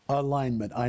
alignment